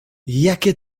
jakie